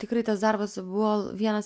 tikrai tas darbas buvo vienas